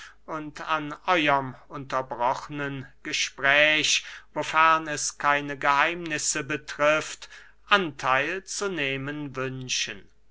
und an euerm unterbrochnen gespräch wofern es keine geheimnisse betrifft antheil zu nehmen wünschen